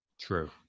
true